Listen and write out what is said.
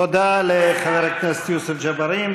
כן, אבל, תודה לחבר הכנסת יוסף ג'בארין.